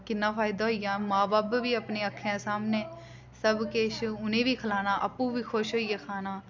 किन्ना फायदा होई जा मां बब्ब बी अपने अक्खीं सामनै सब किश उ'नें बी खलाना आपूं बी खुश होइयै खाना